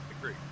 agree